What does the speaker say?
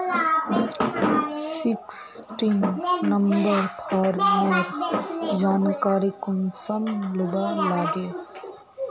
Sixteen number farmer जानकारी कुंसम लुबा लागे?